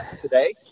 today